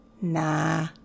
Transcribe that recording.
Nah